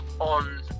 On